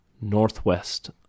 Northwest